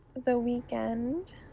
the weekend,